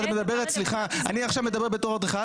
אני עכשיו מדבר בתור אדריכל,